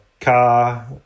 car